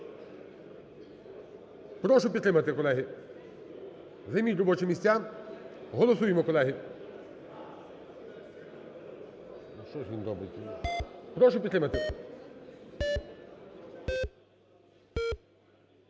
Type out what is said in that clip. Прошу підтримати, колеги. Займіть робочі місця. Голосуємо, колеги. Прошу підтримати.